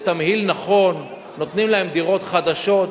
זה תמהיל נכון, ונותנים להם דירות חדשות.